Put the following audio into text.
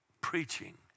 Preaching